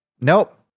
Nope